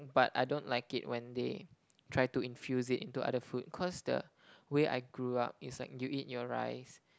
but I don't like it when they try to infuse it into other food cause the way I grew up is like you eat your rice